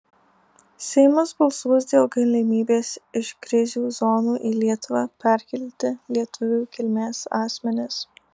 seimas balsuos dėl galimybės iš krizių zonų į lietuvą perkelti lietuvių kilmės asmenis